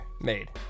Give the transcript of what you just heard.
made